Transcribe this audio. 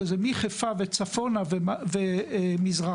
שזה מחיפה צפונה ומזרחה,